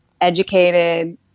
educated